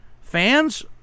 fans